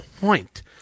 point